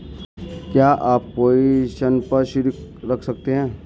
क्या आप कोई संपार्श्विक रख सकते हैं?